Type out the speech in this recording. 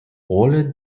rolle